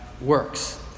works